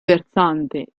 versante